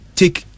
take